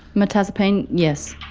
mirtazepine, yes.